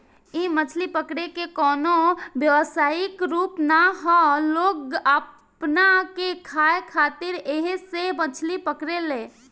इ मछली पकड़े के कवनो व्यवसायिक रूप ना ह लोग अपना के खाए खातिर ऐइसे मछली पकड़े ले